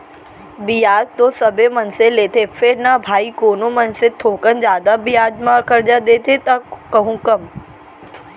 बियाज तो सबे मनसे लेथें फेर न भाई कोनो मनसे थोकन जादा बियाज म करजा देथे त कोहूँ कम